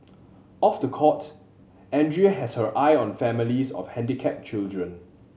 off the court Andrea has her eye on families of handicapped children